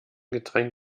getränk